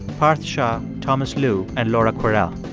parth shah, thomas lu and laura kwerel.